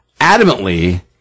adamantly